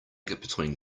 between